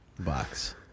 box